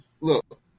Look